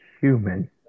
human